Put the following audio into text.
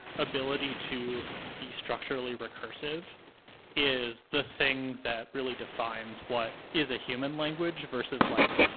ability to be structurally recursive is the thing that really defines what is a human language versus, like,